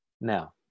Now